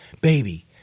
baby